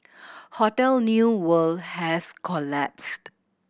hotel New World has collapsed